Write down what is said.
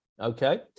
okay